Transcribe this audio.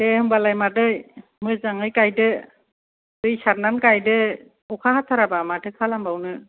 दे होनबालाय मानै मोजाङै गायदो दै सारनानै गायदो अखा हाथाराबा माथो खालामबावनो